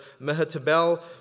Mehatabel